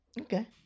Okay